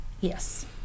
Yes